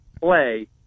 play